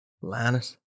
Lannis